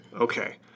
Okay